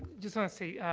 just want to say, ah,